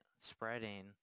spreading